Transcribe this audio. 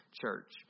church